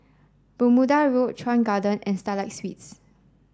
Bermuda Road Chuan Garden and Starlight Suites